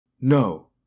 No